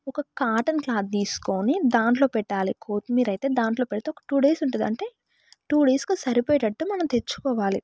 ఒక cotton cloth తీసుకుని దాంట్లో పెట్టాలి కొత్తిమీర అయితే దాంట్లో పెడితే ఒక టూ డేస్ ఉంటుంది అంటే టూ డేస్కి సరిపోయేటట్టు మనం తెచ్చుకోవాలి